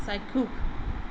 চাক্ষুষ